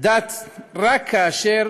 דת רק כאשר